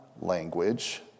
language